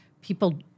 people